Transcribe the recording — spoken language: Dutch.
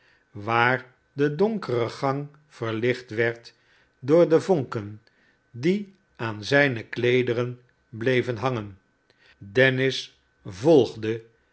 waar de donkere gang verlicht werd door de vonken die aan zijne kleederen bleven hangen dennis volgde